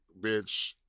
bitch